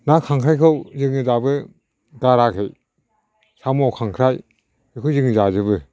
ना खांख्रायखौ जोङो दाबो गाराखै साम' खांख्राय बेखौ जों जाजोबो